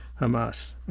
Hamas